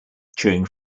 chewing